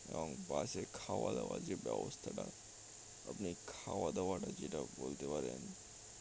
এবং বাসে খাওয়া দাওয়ার যে ব্যবস্থাটা আপনি খাওয়া দাওয়া টা যেটা বলতে পারেন